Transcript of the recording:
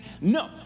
no